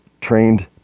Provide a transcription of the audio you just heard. trained